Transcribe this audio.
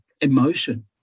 emotion